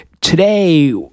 today